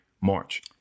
March